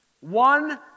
One